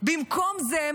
במקום זה,